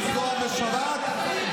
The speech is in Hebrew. כן.